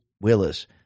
willis